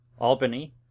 Albany